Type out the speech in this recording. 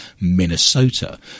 Minnesota